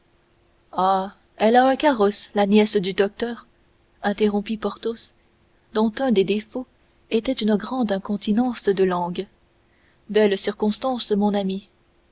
elle a un carrosse la nièce du docteur interrompit porthos dont un des défauts était une grande incontinence de langue belle connaissance mon ami